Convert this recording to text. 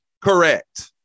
Correct